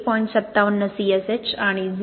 57 CSH आणि 0